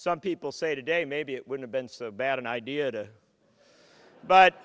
some people say today maybe it would have been so bad an idea to but